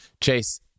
Chase